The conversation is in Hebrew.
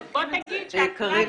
אז בוא תגיד שהכלל